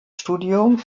studium